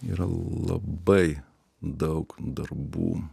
yra labai daug darbų